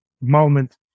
moment